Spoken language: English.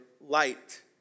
light